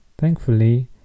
Thankfully